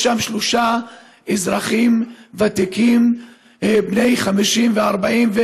יש שם שלושה אזרחים ותיקים בני 50 ו-40,